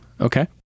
Okay